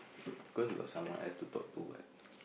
cause you got someone else to talk to what